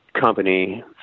company